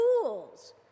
tools